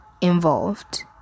involved